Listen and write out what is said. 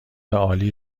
عالی